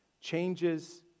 changes